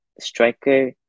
striker